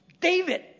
David